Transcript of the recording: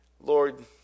Lord